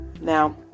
now